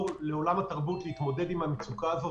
לעולם התרבות להתמודד עם המצוקה הזאת,